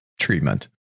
treatment